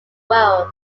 world